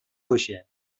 کشه